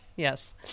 Yes